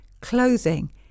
clothing